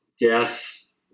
yes